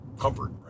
comfort